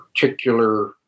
particular